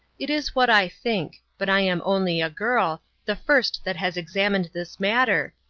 it is what i think. but i am only a girl, the first that has examined this matter,